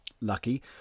lucky